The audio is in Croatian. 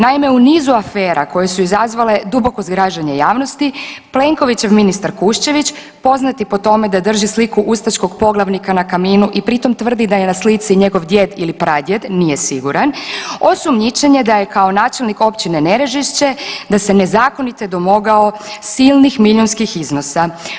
Naime, u nizu afera koje su izazvale duboko zgražanje javnosti, Plenkovićev ministar Kuščević poznat je po tome da drži sliku ustaškog poglavnika na kaminu i pritom tvrdi da je na slici njegov djed ili pradjed, nije siguran, osumnjičen je da je kao načelnik općine Nerežiššća, da se nezakonito domogao silnih milijunskih iznosa.